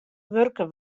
wurke